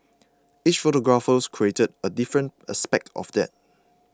each photographer created a different aspect of that